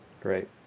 Great